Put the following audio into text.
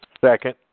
Second